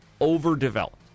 overdeveloped